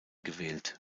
gewählt